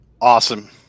Awesome